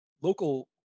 local